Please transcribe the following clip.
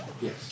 Yes